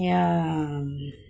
ఇంకా